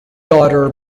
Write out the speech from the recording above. daughter